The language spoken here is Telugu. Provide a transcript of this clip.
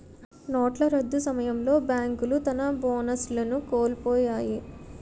నోట్ల రద్దు సమయంలో బేంకులు తన బోనస్లను కోలుపొయ్యాయి